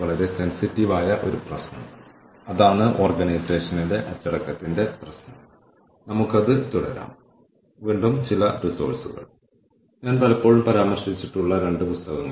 സ്ഥാപനത്തിലേക്ക് പോകുന്ന പ്രക്രിയകൾ നമ്മൾ കണക്കാക്കുന്നു നമ്മൾ ഡോക്യുമെന്റ് ചെയ്യുന്നു സംഘടനയുടെ വളർച്ചയ്ക്കായി നമ്മൾ സ്വീകരിക്കുന്ന നടപടികൾ അല്ലെങ്കിൽ ഞങ്ങളുടെ ലക്ഷ്യങ്ങൾ കൈവരിക്കുന്നതിന് നമ്മൾ സ്വീകരിക്കുന്ന നടപടികൾ